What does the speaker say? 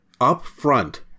upfront